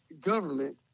government